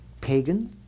pagan